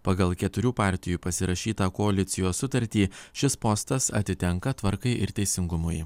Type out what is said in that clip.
pagal keturių partijų pasirašytą koalicijos sutartį šis postas atitenka tvarkai ir teisingumui